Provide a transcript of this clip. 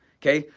okay?